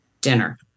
dinner